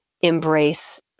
embrace